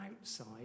outside